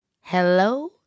Hello